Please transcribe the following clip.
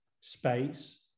space